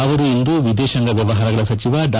ಅವರು ಇಂದು ವಿದೇಶಾಂಗ ವ್ಲವಹಾರಗಳ ಸಚಿವ ಡಾ